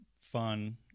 fun